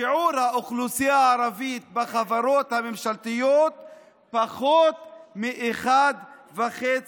שיעור האוכלוסייה הערבית בחברות הממשלתיות פחות הוא מ-1.5%.